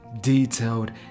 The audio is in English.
detailed